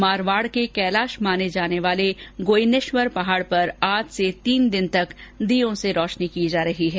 मारवाड़ के कैलाश माने जाने वाले गोयनेश्वर पहाड़ पर आज से तीन दिन तक दियों से रोशर्नी की जा रही है